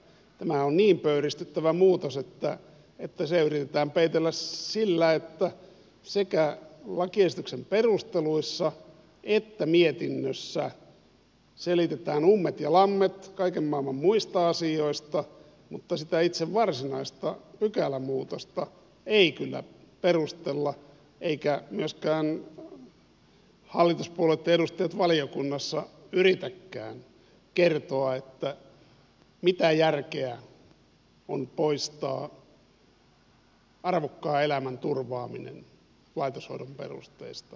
tämä on niin pöyristyttävä muutos että se yritetään peitellä sillä että sekä lakiesityksen perusteluissa että mietinnössä selitetään ummet ja lammet kaiken maailman muista asioista mutta sitä itse varsinaista pykälämuutosta ei kyllä perustella eivätkä myöskään hallituspuolueitten edustajat valiokunnassa yritä kertoa mitä järkeä on poistaa arvokkaan elämän turvaaminen laitoshoidon perusteista